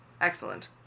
Excellent